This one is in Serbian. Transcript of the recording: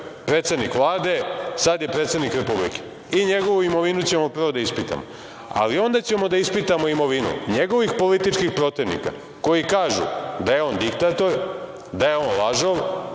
predsednik Vlade, sad je predsednik Republike i njegovu imovinu ćemo prvo da ispitamo. Ali, onda ćemo da ispitamo imovinu njegovih političkih protivnika, koji kažu da je on diktator, da je on lažov,